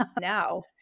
Now